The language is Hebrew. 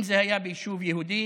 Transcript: אם זה היה ביישוב יהודי,